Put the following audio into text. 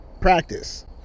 practice